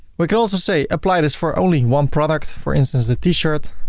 we could also say apply this for only one product, for instance, the t-shirt